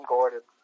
Gordon